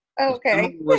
Okay